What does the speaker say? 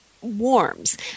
warms